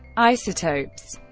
isotopes